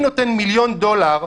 מי נותן כמיליון דולר,